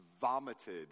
vomited